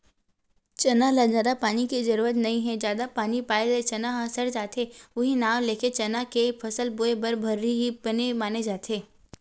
चना ल जादा पानी के जरुरत नइ हे जादा पानी पाए ले चना ह सड़ जाथे उहीं नांव लेके चना के फसल लेए बर भर्री ही बने माने जाथे